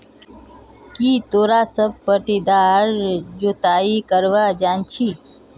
की तोरा सब पट्टीदार जोताई करवा जानछी